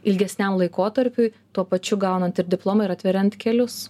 ilgesniam laikotarpiui tuo pačiu gaunant ir diplomą ir atveriant kelius